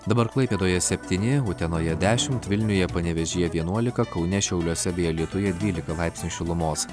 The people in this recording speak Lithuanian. dabar klaipėdoje septyni utenoje dešimt vilniuje panevėžyje vienuolika kaune šiauliuose bei alytuje dvylika laipsnių šilumos